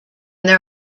there